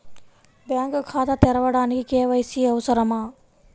Bank ఖాతా తెరవడానికి KYC అవసరమా?